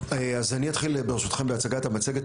אז אני אתחיל ברשותכם בהצגת המצגת.